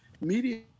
media